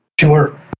Sure